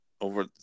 over